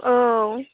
औ